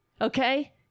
okay